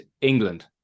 England